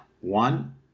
one